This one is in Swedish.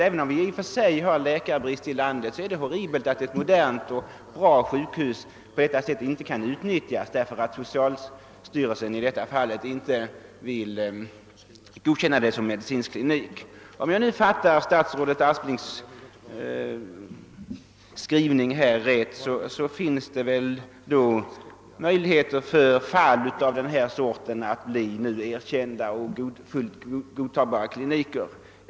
även om vi i och för sig har en läkarbrist i vårt land, är det horribelt att ett modernt och bra sjukhus på detta sätt inte blir utnyttjat därför att socialstyrelsen inte vill godkänna det som medicinsk klinik. Om jag fattat statsrådet Asplings framställning rätt, finns det möjligheter att sjukhusavdelningar i fall som detta nu kan bli erkända som fullt godtagbara kliniker.